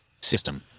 system